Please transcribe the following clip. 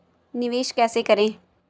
निवेश कैसे करें?